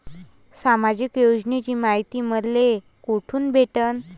सामाजिक योजनेची मायती मले कोठून भेटनं?